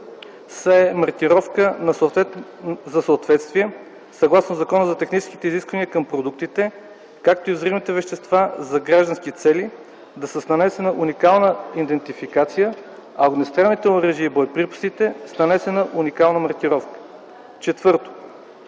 маркировка за съответствие съгласно Закона за техническите изисквания към продуктите, както и взривните вещества за граждански цели да са с нанесена уникална идентификация, а огнестрелните оръжия и боеприпасите – с нанесена уникална маркировка; 4.